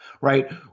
right